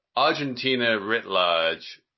argentina writ large,